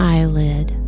Eyelid